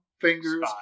fingers